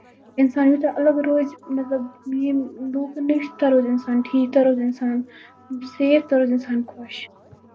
اِنسان یوٗتاہ اَلگ روزِ مطلب میٲنۍ لُکَن نِش تیوٗتاہ روزِ اِنسان ٹھیٖک تیوٗتاہ روزِ اِنسان سیف تہٕ روزِ اِنسان خۄش